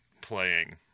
playing